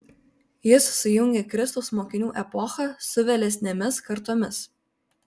jis sujungė kristaus mokinių epochą su vėlesnėmis kartomis